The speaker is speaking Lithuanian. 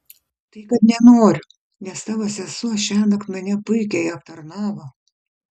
tai kad nenoriu nes tavo sesuo šiąnakt mane puikiai aptarnavo